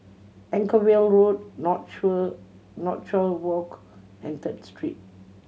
Anchorvale Walk Northshore Northshore Walk and Third Street